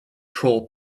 troll